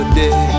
day